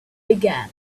began